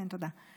כן, תודה.